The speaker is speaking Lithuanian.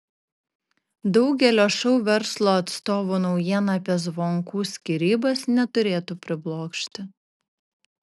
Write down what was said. daugelio šou verslo atstovų naujiena apie zvonkų skyrybas neturėtų priblokšti